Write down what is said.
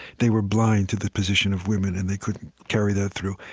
they were blind to the position of women and they couldn't carry that through.